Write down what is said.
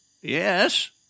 Yes